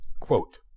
Quote